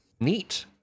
Neat